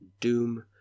Doom